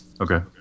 Okay